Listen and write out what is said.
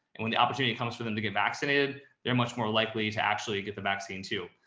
and when the opportunity comes for them to get vaccinated, they're much more likely to actually get the vaccine too.